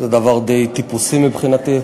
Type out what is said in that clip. שזה דבר די טיפוסי מבחינתי.